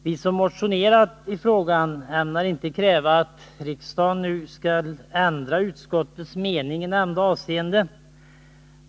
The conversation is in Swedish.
Vi som motionerat i frågan ämnar inte kräva att riksdagen nu skall gå emot utskottets mening i nämnda avseende.